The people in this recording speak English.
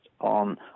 on